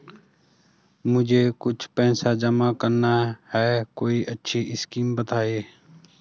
मुझे कुछ पैसा जमा करना है कोई अच्छी स्कीम बताइये?